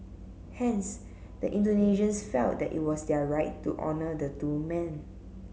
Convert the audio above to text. hence the Indonesians felt that it was their right to honour the two men